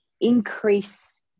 increase